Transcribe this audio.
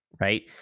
right